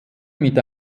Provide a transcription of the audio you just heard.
mit